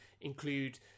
include